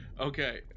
okay